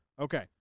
Okay